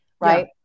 right